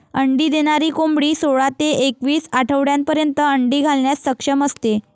अंडी देणारी कोंबडी सोळा ते एकवीस आठवड्यांपर्यंत अंडी घालण्यास सक्षम असते